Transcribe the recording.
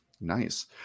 nice